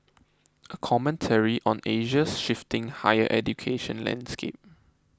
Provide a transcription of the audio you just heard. a commentary on Asia's shifting higher education landscape